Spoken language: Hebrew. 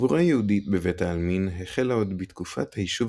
קבורה יהודית בבית העלמין החלה עוד בתקופת היישוב